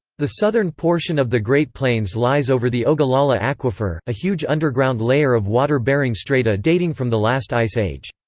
the southern portion of the great plains lies over the ogallala aquifer, a huge underground layer of water-bearing strata dating from the last ice age.